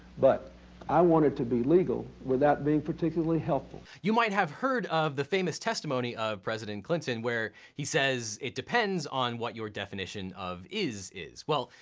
but i wanted to be legal without being particularly helpful. you might have heard of the famous testimony of president clinton where he says, it depends on what your definition of is is. well,